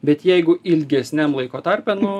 bet jeigu ilgesniam laiko tarpe nu